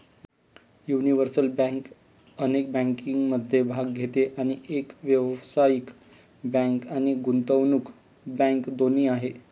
universal bank अनेक बँकिंगमध्ये भाग घेते आणि एक व्यावसायिक बँक आणि गुंतवणूक बँक दोन्ही आहे